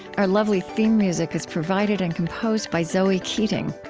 our lovely theme music is provided and composed by zoe keating.